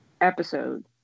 episode